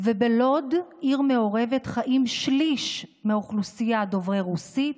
ובלוד, עיר מעורבת, שליש מהאוכלוסייה דוברי רוסית,